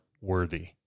worthy